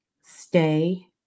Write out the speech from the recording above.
Stay